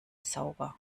sauber